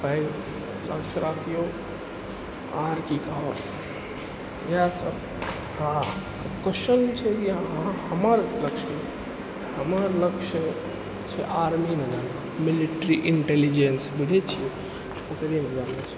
पैघ लक्ष्य राखिऔ आओर की कहब इएहसब आओर क्वेश्चन छै कि अहाँ हमर लक्ष्यके हमर लक्ष्य छै आर्मीमे जाना मिलिट्री इन्टेलिजेन्स बुझै छिए ओकरेमे जाना छै